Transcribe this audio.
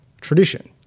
tradition